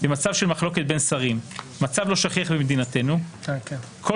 במצב של מחלוקת בין שרים מצב לא שכיח במדינתנו כל